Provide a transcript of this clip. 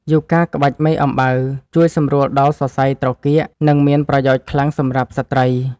យូហ្គាក្បាច់មេអំបៅ ជួយសម្រួលដល់សរសៃត្រគាក និងមានប្រយោជន៍ខ្លាំងសម្រាប់ស្ត្រី។